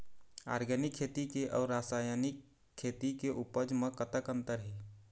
Organic खेती के अउ रासायनिक खेती के उपज म कतक अंतर हे?